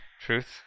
Truth